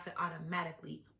automatically